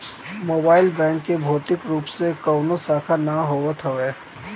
mobile bank के भौतिक रूप से कवनो शाखा ना होत हवे